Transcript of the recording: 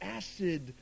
acid